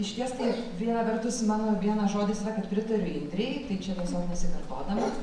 išties tai viena vertus mano vienas žodis yra kad pritariu indrei tai čia tiesiog nesikartodama